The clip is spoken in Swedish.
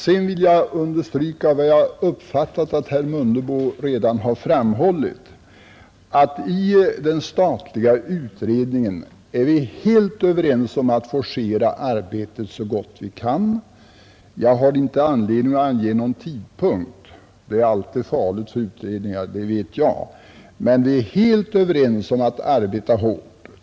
Sedan vill jag understryka vad jag uppfattade att herr Mundebo redan har framhållit, att i den statliga utredningen är vi helt överens om att forcera arbetet så gott vi kan. Jag har ingen anledning att här ange någon tidpunkt då utredningens arbete kan vara klart — jag vet att det alltid är farligt att göra det — men vi är helt eniga om att arbeta hårt.